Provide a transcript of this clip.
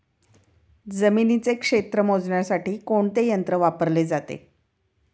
जमिनीचे क्षेत्र मोजण्यासाठी कोणते यंत्र वापरले जाते?